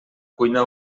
cuina